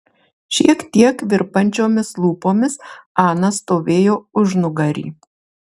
šiek tiek virpančiomis lūpomis ana stovėjo užnugary